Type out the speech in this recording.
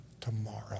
tomorrow